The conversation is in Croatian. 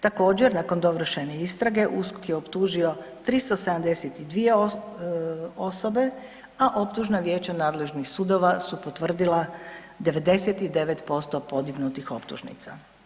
Također, nakon dovršene istrage, USKOK je optužio 372 osobe a optužno vijeće nadležnih sudova su potvrdila 99% podignutih optužnica.